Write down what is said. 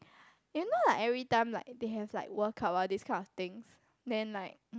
you know like every time like they have like World Cup all this kind of things then like